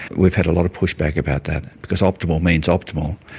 we've had a lot of pushback about that because optimal means optimal.